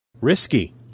Risky